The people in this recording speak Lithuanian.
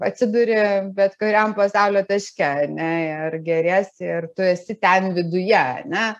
atsiduri bet kuriam pasaulio taške ane ir gėriesi ir tu esi ten viduje ane